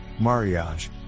Mariage